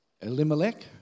Elimelech